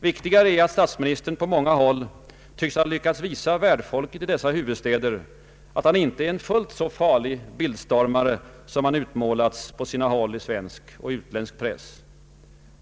Viktigare är att statsministern på många håll tycks ha lyckats visa värd folket i dessa huvudstäder att han inte är en fullt så farlig bildstormare som han utmålats på vissa håll i svensk och utländsk press.